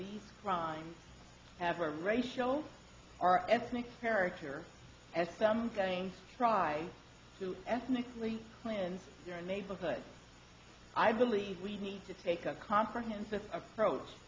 these crimes have a racial or ethnic character as well i'm going to try to ethnically cleanse your neighborhood i believe we need to take a comprehensive approach